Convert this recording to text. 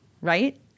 right